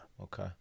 Okay